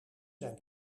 zijn